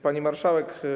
Pani Marszałek!